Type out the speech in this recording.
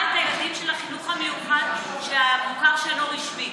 את הילדים של החינוך המיוחד של המוכר שאינו רשמי,